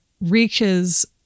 reaches